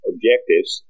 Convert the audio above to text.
Objectives